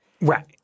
Right